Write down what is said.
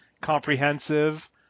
comprehensive